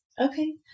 Okay